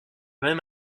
même